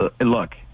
look